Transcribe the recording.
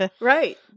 Right